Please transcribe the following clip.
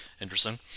interesting